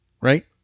Right